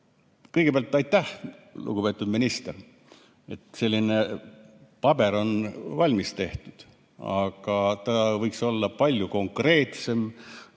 Kõigepealt aitäh, lugupeetud minister, et selline paber on valmis tehtud, aga ta võiks olla palju konkreetsem,